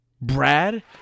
Brad